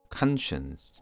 conscience